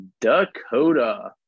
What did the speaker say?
Dakota